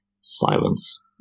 silence